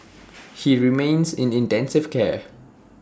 he remains in intensive care